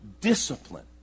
discipline